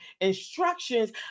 instructions